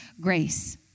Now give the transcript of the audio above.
grace